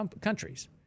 countries